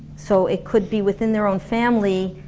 so it could be within their own family,